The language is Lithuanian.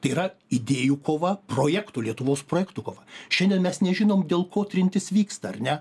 tai yra idėjų kova projektų lietuvos projektų kova šiandien mes nežinom dėl ko trintis vyksta ar ne